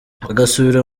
agasubira